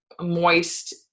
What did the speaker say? moist